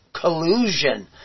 collusion